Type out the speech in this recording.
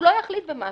הוא לא יחליט במשהו,